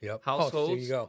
households